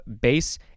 base